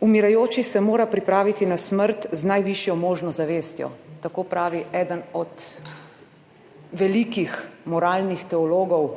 »Umirajoči se mora pripraviti na smrt z najvišjo možno zavestjo.« Tako pravi eden od velikih moralnih teologov